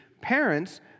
parents